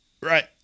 right